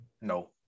No